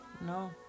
No